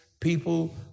People